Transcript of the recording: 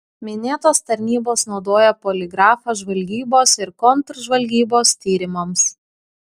minėtos tarnybos naudoja poligrafą žvalgybos ir kontržvalgybos tyrimams